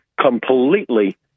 completely